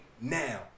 now